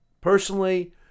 Personally